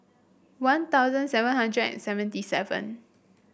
One Thousand seven hundred and seventy seven